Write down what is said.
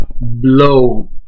blow